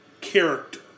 ...character